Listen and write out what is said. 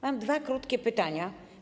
Mam dwa krótkie pytania.